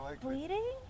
bleeding